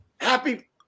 Happy